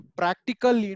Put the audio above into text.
practical